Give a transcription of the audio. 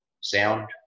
sound